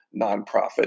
nonprofit